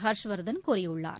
ஹர்ஷ்வர்தன் கூறியுள்ளார்